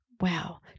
Wow